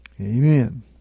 Amen